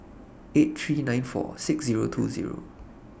eight three nine four six Zero two Zero